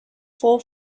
four